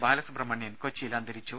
ബാലസുബ്രഹ്മണ്യൻ കൊച്ചിയിൽ അന്തരിച്ചു